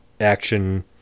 action